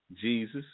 jesus